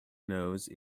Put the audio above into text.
nose